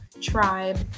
tribe